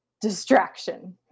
distraction